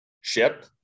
ship